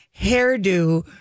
hairdo